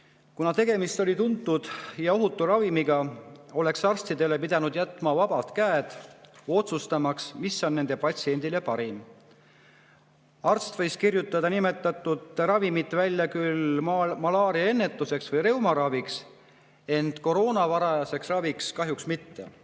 Kuna tegemist oli tuntud ja ohutu ravimiga, oleks arstidele pidanud jätma vabad käed, otsustamaks, mis on nende patsiendile parim. Arst võis kirjutada nimetatud ravimit välja küll malaaria ennetamiseks või reuma raviks, ent koroona varajaseks raviks kahjuks mitte.